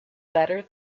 better